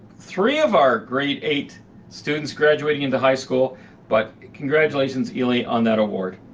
three of our grade eight students graduating into high school but congratulations eli on that award.